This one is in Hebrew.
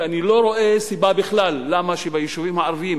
ואני לא רואה סיבה בכלל למה ביישובים הערביים,